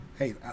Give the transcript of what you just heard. Hey